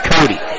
Cody